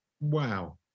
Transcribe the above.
Wow